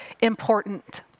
important